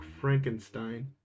Frankenstein